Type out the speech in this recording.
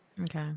Okay